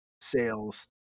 sales